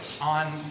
on